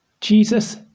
Jesus